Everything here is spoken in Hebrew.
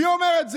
מי אומר את זה?